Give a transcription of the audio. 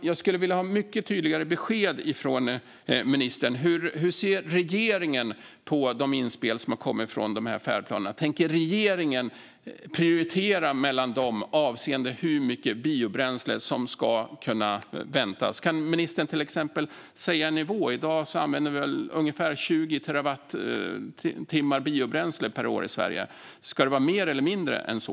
Jag skulle vilja ha ett mycket tydligare besked från ministern. Hur ser regeringen på de inspel som har kommit från färdplanerna? Tänker regeringen prioritera bland dem avseende hur mycket biobränsle som kommer att användas? Kan ministern ange en nivå? I dag använder vi väl ungefär 20 terawattimmar biobränsle per år i Sverige. Ska det vara mer eller mindre än så?